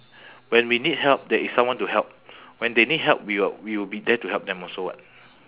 when we need help there is someone to help when they need help we will we will be there to help them also [what]